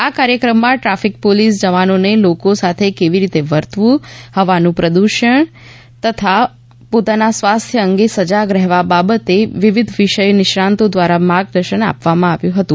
આ કાર્યક્રમમાં traffic police જવાનોને લોકો સાથે કેવી રીતે વર્તવું હવાનું પ્રદૃષણ એર પોલ્યુશન તથા પોતાના સ્વાસ્થ્ય અંગે સજાગ રહેવા બાબતે વિવિધ વિષય નિષ્ણાતો દ્વારા માર્ગદર્શન આપવામાં આવ્યું હતું